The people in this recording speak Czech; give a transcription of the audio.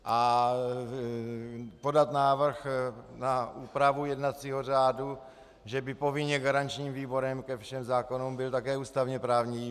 A podat návrh na úpravu jednacího řádu, že by povinně garančním výborem ke všem zákonům byl také ústavněprávní výbor.